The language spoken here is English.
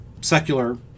secular